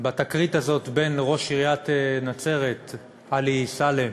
בתקרית הזאת בין ראש עיריית נצרת עלי סלאם